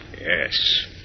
Yes